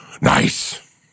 Nice